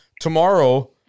Tomorrow